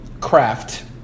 craft